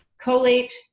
collate